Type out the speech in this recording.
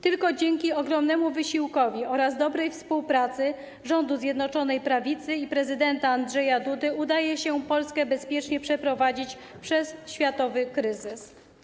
Tylko dzięki ogromnemu wysiłkowi oraz dobrej współpracy rządu Zjednoczonej Prawicy i prezydenta Andrzeja Dudy udaje się Polskę bezpiecznie przeprowadzić przez światowy kryzys.